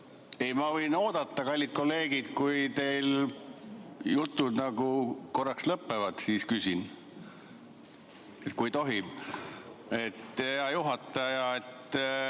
Ma võin oodata. Kallid kolleegid, kui teil jutud korraks lõpevad, siis ma küsin, kui tohib. Hea juhataja!